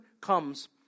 comes